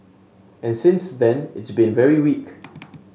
and since then it's been very weak